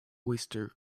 oyster